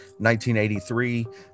1983